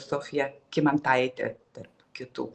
sofija kymantaitė tarp kitų